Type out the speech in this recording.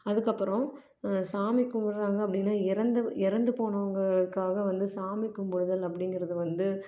அதுக்கப்புறம் சாமி கும்பிட்றாங்க அப்படின்னா இறந்து இறந்து போனவங்களுக்காக வந்து சாமி கும்பிடுதல் அப்படிங்கிறது வந்து